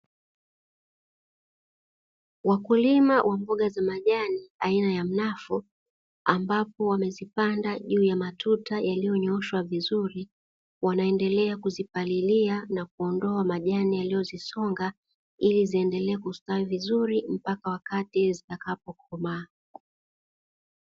Wakulima wa mboga za majani aina ya mnafu, ambapo wamezipanda juu ya matuta yaliyonyooshwa vizuri, wanaendelea kuzipalilia na kuondoa majani yaliyozisonga, ili ziendelee kustawi vizuri mpaka wakati zitakapokomaa.